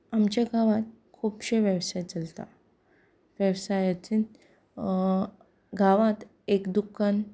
आमच्या गांवांत खुबशे वेवसाय चलतात वेवसायाचे गांवांत एक दुकान